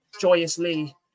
joyously